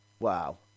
Wow